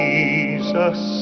Jesus